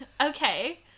Okay